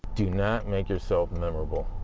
do not make yourself memorable.